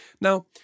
Now